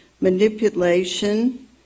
manipulation